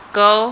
go